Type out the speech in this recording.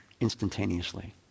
instantaneously